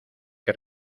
que